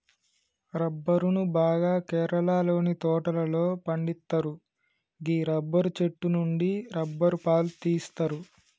రబ్బరును బాగా కేరళలోని తోటలలో పండిత్తరు గీ రబ్బరు చెట్టు నుండి రబ్బరు పాలు తీస్తరు